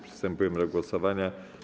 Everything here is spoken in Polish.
Przystępujemy do głosowania.